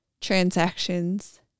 transactions